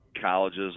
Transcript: colleges